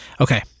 Okay